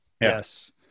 Yes